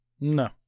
No